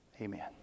Amen